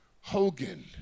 Hogan